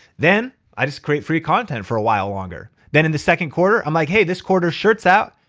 then i just create free content for a while longer. then in the second quarter i'm like, hey, this quarter shirts out.